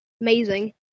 amazing